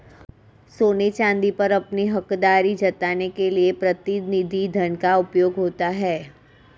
सोने चांदी पर अपनी हकदारी जताने के लिए प्रतिनिधि धन का उपयोग होता है